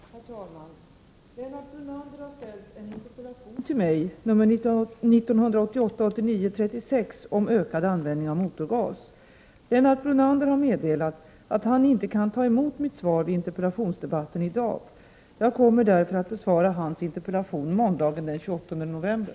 Herr talman! Lennart Brunander har ställt en interpellation till mig, 1988/89:36, om ökad användning av motorgas. Lennart Brunander har meddelat att han inte kan ta emot mitt svar vid interpellationsdebatten i dag. Jag kommer därför att besvara hans interpellation måndagen den 28 november.